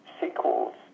sequels